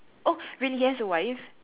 oh really he has a wife